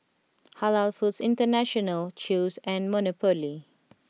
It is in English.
Halal Foods International Chew's and Monopoly